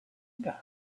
guide